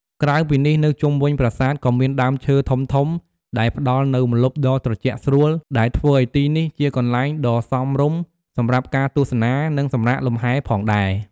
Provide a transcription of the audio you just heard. ក្រៅពីនេះ នៅជុំវិញប្រាសាទក៏មានដើមឈើធំៗដែលផ្តល់នូវម្លប់ដ៏ត្រជាក់ស្រួល ដែលធ្វើឲ្យទីនេះជាកន្លែងដ៏សមរម្យសម្រាប់ការទស្សនានិងសម្រាកលម្ហែផងដែរ។